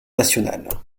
nationale